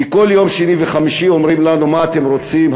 כי כל יום שני וחמישי אומרים לנו: מה אתם רוצים,